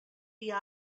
dia